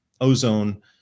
ozone